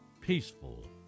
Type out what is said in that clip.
peaceful